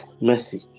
Mercy